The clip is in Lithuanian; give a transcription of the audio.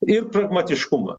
ir pragmatiškumą